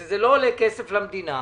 זה לא עולה כסף למדינה,